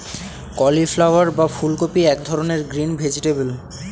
cauliflower বা ফুলকপি এক ধরনের গ্রিন ভেজিটেবল